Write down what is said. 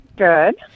Good